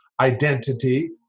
identity